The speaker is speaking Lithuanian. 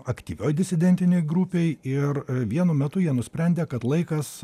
aktyvioj disidentinėj grupėj ir vienu metu jie nusprendė kad laikas